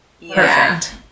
perfect